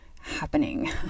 happening